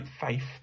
faith